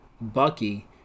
Bucky